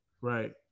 Right